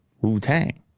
Wu-Tang